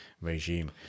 regime